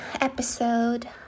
episode